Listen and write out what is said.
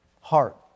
heart